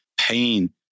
pain